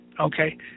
okay